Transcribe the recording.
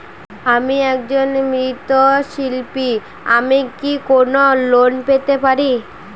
আমি একজন মৃৎ শিল্পী আমি কি কোন লোন পেতে পারি?